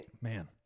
man